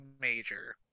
major